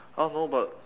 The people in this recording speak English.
I don't know but